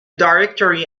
directory